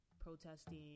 protesting